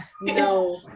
No